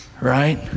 right